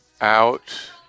out